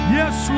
yes